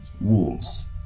wolves